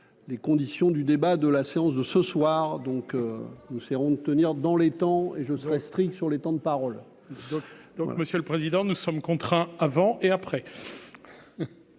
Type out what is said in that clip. les conditions du débat de la séance de ce soir, donc nous serons de tenir dans les temps et je serai strict sur les temps de parole. Donc, Monsieur le Président, nous sommes contraints, avant et après,